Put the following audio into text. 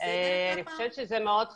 אני חושבת שזה מאוד חשוב.